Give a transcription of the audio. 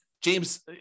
James